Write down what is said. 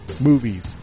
Movies